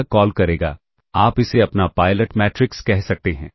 यह कॉल करेगा आप इसे अपना पायलट मैट्रिक्स कह सकते हैं